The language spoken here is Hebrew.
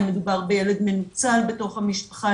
האם מדובר בילד מנוצל בתוך המשפחה,